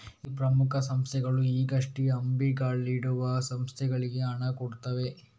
ಇಲ್ಲಿ ಪ್ರಮುಖ ಸಂಸ್ಥೆಗಳು ಈಗಷ್ಟೇ ಅಂಬೆಗಾಲಿಡುವ ಸಂಸ್ಥೆಗಳಿಗೆ ಹಣ ಕೊಡ್ತವೆ